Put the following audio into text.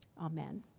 Amen